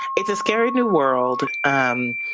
it's a scary new world. um